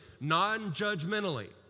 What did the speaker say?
non-judgmentally